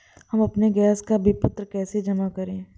हम अपने गैस का विपत्र कैसे जमा करें?